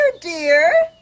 dear